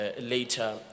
later